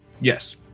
Yes